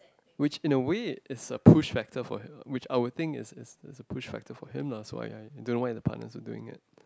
which in a way is a push factor for him which I would think it's it's it's a push factor for him lah so I I don't know why the partners are doing it